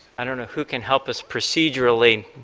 and know who can help us procedurally.